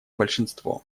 большинство